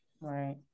right